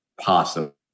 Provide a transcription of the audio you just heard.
possible